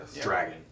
dragon